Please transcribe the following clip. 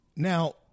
Now